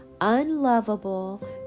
unlovable